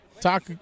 Talk